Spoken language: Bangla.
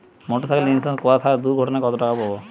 মোটরসাইকেল ইন্সুরেন্স করা থাকলে দুঃঘটনায় কতটাকা পাব?